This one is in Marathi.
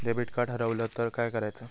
डेबिट कार्ड हरवल तर काय करायच?